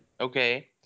Okay